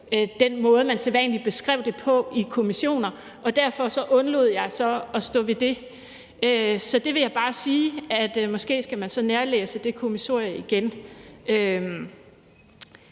den måde, man sædvanligvis beskrev det på i kommissioner, og derfor undlod jeg at stå ved det. Så der vil jeg bare sige, at måske skal man nærlæse det kommissorie igen.